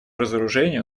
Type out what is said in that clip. разоружению